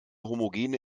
homogene